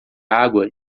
água